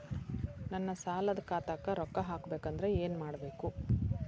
ನನ್ನ ಸಾಲದ ಖಾತಾಕ್ ರೊಕ್ಕ ಹಾಕ್ಬೇಕಂದ್ರೆ ಏನ್ ಮಾಡಬೇಕು?